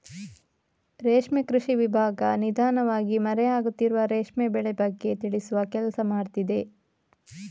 ರೇಷ್ಮೆ ಕೃಷಿ ವಿಭಾಗ ನಿಧಾನವಾಗಿ ಮರೆ ಆಗುತ್ತಿರುವ ರೇಷ್ಮೆ ಬೆಳೆ ಬಗ್ಗೆ ತಿಳಿಸುವ ಕೆಲ್ಸ ಮಾಡ್ತಿದೆ